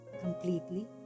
completely